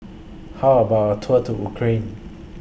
How about A Tour to Ukraine